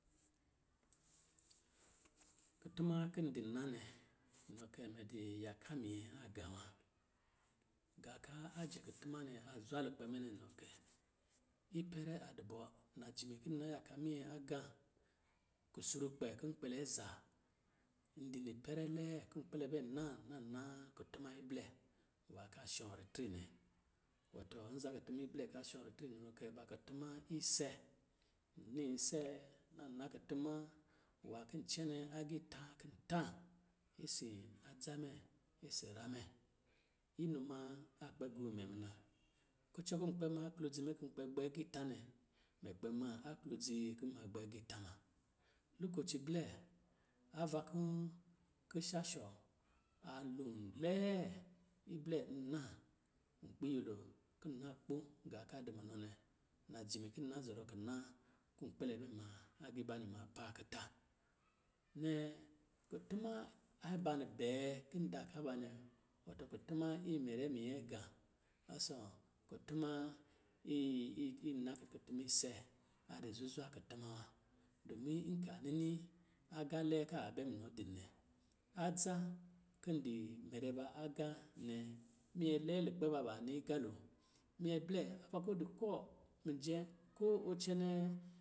Kutuma kin di na nɛ, inɔ kɛ, mɛ di yaka minyɛ agā wa. Gā kɔ̄ ajɛ kutuma nɛ a zwa lukpɛ mɛ nɛ inɔ kɛ, ipɛrɛ a dɔ bɔ, najimi kɔ̄ na yaka minyɛ agā, kusrukpɛ kɔ̄ kpɛlɛ bɛ naa na naa kutuma iblɛ nwā ka shɔ ritre nɛ. Wɔtɔ nza kutuma iblɛ ka shɔ ritre nɛ nɔ kɛ baa kutuma ise. Nna ise, na na ku tuma nwā kɔ̄ cɛnɛ agiita kin ta isi adza mɛ isi ra mɛ. Inuma a gbɛ gɔɔ mɛ muna kucɔ kɔ̄ kpɛ ma aklɔdzi mɛ kɔ̄ kpɛ gbɛ agiita nɛ, mɛ kpɛ maa aklodzi ku ma gbɛ agiita ma. Lukoci blɛ, ava kɔ̄ kishasho a lon lɛɛ iblɛ nna nkpi nyɛlo kɔ̄ nna kpɔ̄ gaa ka du munɔ nɛ, najimi ki nna zɔrɔ kina kɔ̄ kpɛlɛ bɛ maa agiibanɛ ma paa kita. Nnɛ, kutuma aba bɛɛ kin da ka banɛ, wɔtɔ kutuma imɛrɛ minyɛɛgā ɔsɔ̄ kutuma i- i- ina ku- kutuma ise a di zuzwa kutuma wa. Dɔmin nka nini aga lɛɛ kaa bɛ munɔ din nɛ. Adza, kin dii mɛrɛ ba agā nɛ, minyɛ lɛɛ lukpe ba, baa ni agalo, minyɛ blɛ ava kɔ du kɔɔ mijɛ ko ɔ cɛnɛɛ